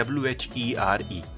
w-h-e-r-e